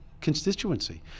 constituency